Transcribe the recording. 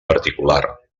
particular